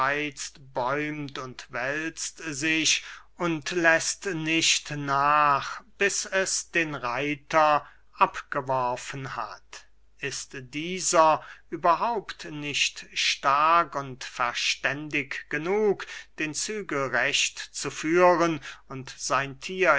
und wälzt sich und läßt nicht nach bis es den reiter abgeworfen hat ist dieser überhaupt nicht stark und verständig genug den zügel recht zu führen und sein thier